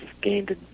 gained